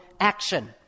action